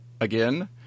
again